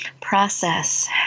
process